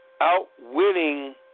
outwitting